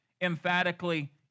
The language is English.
emphatically